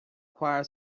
choir